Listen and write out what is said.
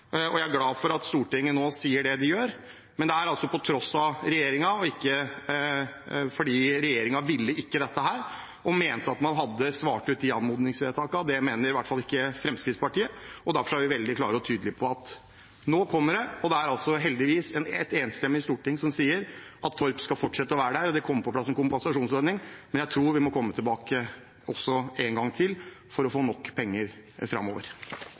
og jeg er glad for at Stortinget nå gjør som det gjør, men det er altså på tross av regjeringen. Regjeringen ville ikke dette og mente at man hadde svart på anmodningsvedtakene, det mener i hvert fall ikke Fremskrittspartiet. Derfor er vi veldig klar og tydelig på at nå kommer det, og det er heldigvis et enstemmig storting som sier at Torp skal fortsette å være der. Det kommer på plass en kompensasjonsordning, men jeg tror vi må komme tilbake en gang til for å få nok penger framover.